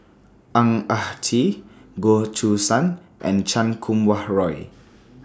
Ang Ah Tee Goh Choo San and Chan Kum Wah Roy